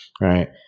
right